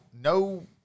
no